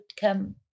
come